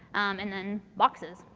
and then boxes.